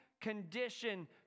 condition